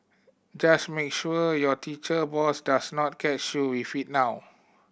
just make sure your teacher boss does not catch you with it now